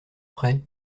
prêt